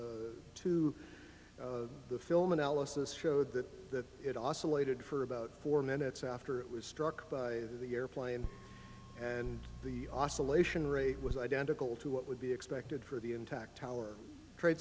to the film analysis showed that it awesome waited for about four minutes after it was struck by the airplane and the oscillation rate was identical to what would be expected for the intact tower trade